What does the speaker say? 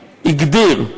הגדיר,